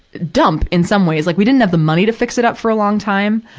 dump, in some ways. like, we didn't have the money to fix it up for a long time.